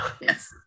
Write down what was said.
yes